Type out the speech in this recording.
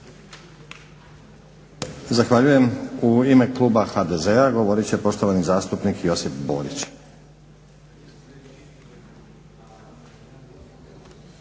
Zahvaljujem. U ime kluba HDZ-a govorit će poštovani zastupnik Josip Borić.